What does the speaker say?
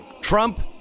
Trump